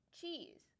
cheese